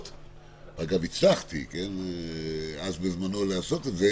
אגב, הצלחתי אז בזמנו לעשות את זה